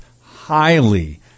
highly